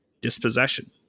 dispossession